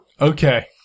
Okay